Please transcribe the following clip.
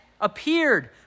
appeared